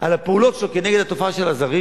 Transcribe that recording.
על הפעולות שלו כנגד התופעה של הזרים,